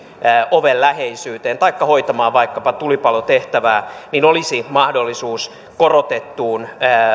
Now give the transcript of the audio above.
oven läheisyyteen taikka hoitamaan vaikkapa tulipalotehtävää olisi mahdollisuus korotettuun